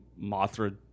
Mothra